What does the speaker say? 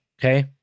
okay